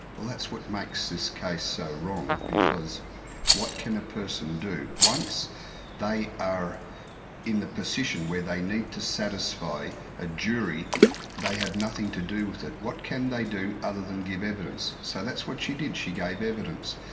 well that's what makes this case so wrong, because what can a person do? once they are in the position where they need to satisfy a jury they have nothing to do with it, what can they do, other than give evidence? so what's what she did, she gave evidence.